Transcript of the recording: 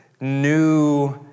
new